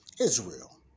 Israel